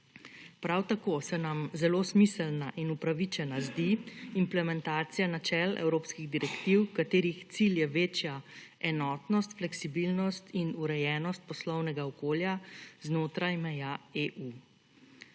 Prav tako se nam zelo smiselna in upravičena zdi implementacija načel evropskih direktiv, katerih cilj je večja enotnost, fleksibilnost in urejenost poslovnega okolja, znotraj meja EU.